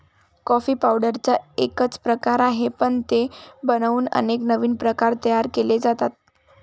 coffee पावडरचा एकच प्रकार आहे, पण ते बनवून अनेक नवीन प्रकार तयार केले जातात